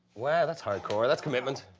yeah that's hard-core, that's commitment.